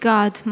God